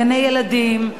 גני-ילדים,